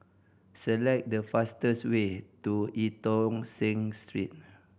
select the fastest way to Eu Tong Sen Street